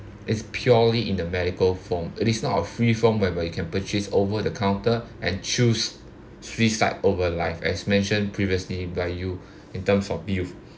it's purely in the medical form it is not a free form whereby you can purchase over the counter and choose suicide over life as mentioned previously by you in terms of you